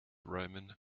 roman